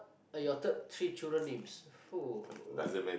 are your top three children names